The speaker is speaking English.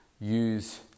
use